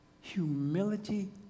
humility